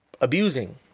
abusing